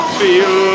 feel